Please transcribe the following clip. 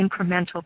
incremental